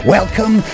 Welcome